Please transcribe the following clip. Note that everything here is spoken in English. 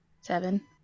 Seven